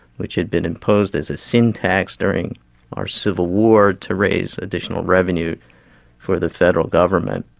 which had been imposed as a sin tax during our civil war to raise additional revenue for the federal government.